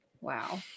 Wow